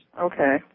Okay